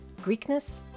Greekness